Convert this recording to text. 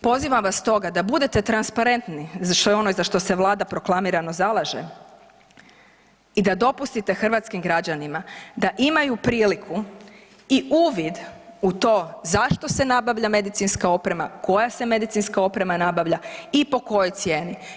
Pozivam vas stoga da budete transparentni za ono što se Vlada proklamirano zalaže i da dopustite hrvatskim građanima da imaju priliku i uvid u to zašto se nabavlja medicinska oprema, koja se medicinska oprema nabavlja i po kojoj cijeni.